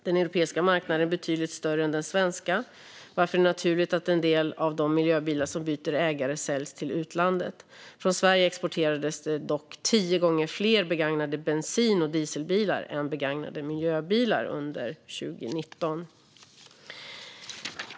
Den europeiska marknaden är betydligt större än den svenska varför det är naturligt att en del av de miljöbilar som byter ägare säljs till utlandet. Från Sverige exporterades det dock tio gånger fler begagnade bensin och dieselbilar än begagnade miljöbilar under 2019.